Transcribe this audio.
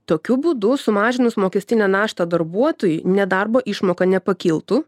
tokiu būdu sumažinus mokestinę naštą darbuotojui nedarbo išmoka nepakiltų